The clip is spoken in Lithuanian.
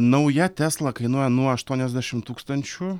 nauja tesla kainuoja nuo aštuoniasdešim tūkstančių